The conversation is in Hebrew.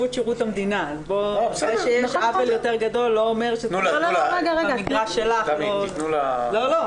זה שיש עוול יותר גדול, לא אומר שבמגרש שלך זה לא.